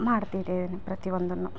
ಮಾಡ್ತಿದ್ದೇನೆ ಪ್ರತಿ ಒಂದನ್ನು